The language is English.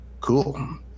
Cool